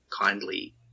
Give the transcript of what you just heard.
kindly